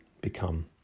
become